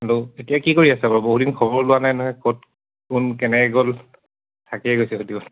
hello এতিয়া কি কৰি আছা বাৰু বহুদিন খবৰ লোৱা নাই নহয় ক'ত কোন কেনেকে গ'ল থাকিয়ে গৈছে সুধিবলে